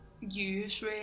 use